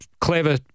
clever